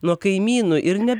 nuo kaimynų ir ne